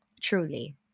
Truly